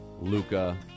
Luca